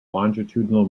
longitudinal